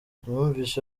numvise